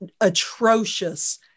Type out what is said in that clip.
atrocious